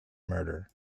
murder